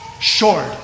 short